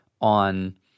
on